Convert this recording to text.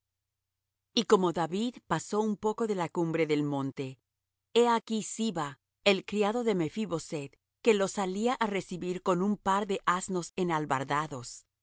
y como david pasó un poco de la cumbre del monte he aquí siba el criado de mephi boseth que lo salía á recibir con un par de asnos